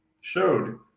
showed